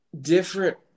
different